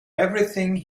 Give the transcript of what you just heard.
everything